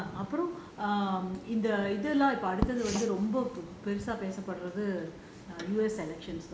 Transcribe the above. ஆமா அப்புறம் இந்த இதெல்லா அடுத்து வந்து பெருசா பேச படுறது:aama appuram intha aduthu vanthu perusa pesapadurathu vanthu